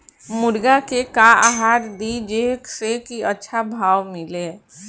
मुर्गा के का आहार दी जे से अच्छा भाव मिले?